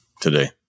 today